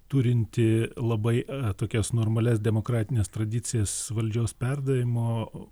turinti labai atokias normalias demokratines tradicijas valdžios perdavimo